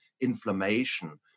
inflammation